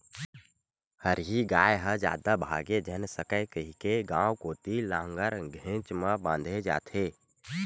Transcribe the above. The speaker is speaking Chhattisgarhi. हरही गाय ह जादा भागे झन सकय कहिके गाँव कोती लांहगर घेंच म बांधे जाथे